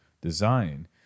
design